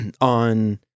on